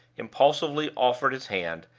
impulsively offered his hand,